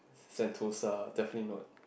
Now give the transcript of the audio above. sentosa definitely not